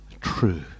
true